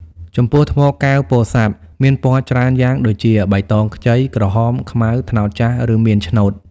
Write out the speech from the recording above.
ចំពោះថ្មកែវពោធិសាត់ មានពណ៌ច្រើនយ៉ាងដូចជា បៃតងខ្ចី ក្រហម ខ្មៅ ត្នោតចាស់ ឬមាន ឆ្នូត។